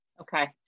Okay